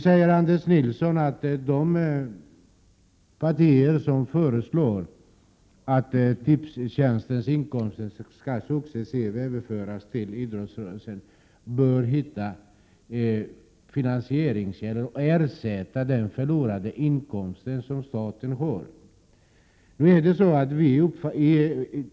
Anders Nilsson säger nu att de partier som föreslår att Tipstjänsts inkomster successivt skulle överföras till idrottsrörelsen bör hitta finan 151 sieringskällor för att ersätta staten för den förlorade inkomsten.